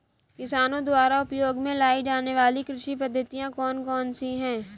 किसानों द्वारा उपयोग में लाई जाने वाली कृषि पद्धतियाँ कौन कौन सी हैं?